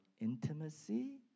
intimacy